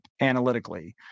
analytically